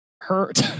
hurt